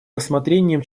рассмотрением